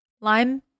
Lime